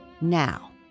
Now